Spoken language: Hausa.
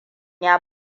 ya